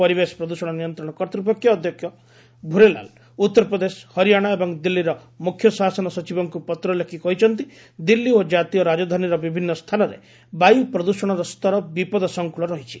ପରିବେଶ ପ୍ରଦ୍ୟଷଣ ନିୟନ୍ତ୍ରଣ କର୍ତ୍ତ୍ୱପକ୍ଷ ଅଧ୍ୟକ୍ଷ ଭୁରେଲାଲ୍ ଉତ୍ତରପ୍ରଦେଶ ହରିଆଣା ଏବଂ ଦିଲ୍ଲୀର ମୁଖ୍ୟ ଶାସନ ସଚିବଙ୍କୁ ପତ୍ର ଲେଖି କହିଛନ୍ତି ଦିଲ୍ଲୀ ଓ ଜାତୀୟ ରାଜଧାନୀର ବିଭିନ୍ନ ସ୍ଥାନରେ ବାୟୁ ପ୍ରଦୃଷଣର ସ୍ତର ବିପଦ ସଂକୁଳ ରହିଛି